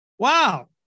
Wow